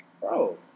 bro